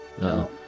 No